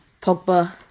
Pogba